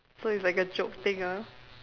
so it's like a joke thing ah